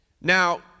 Now